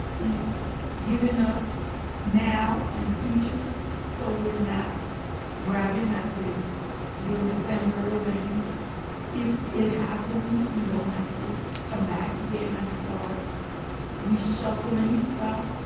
given us now and future so we're not grabbing at the during december when if it happens, we don't have to come back again and start reshuffling stuff,